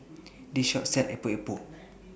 This Shop sells Epok Epok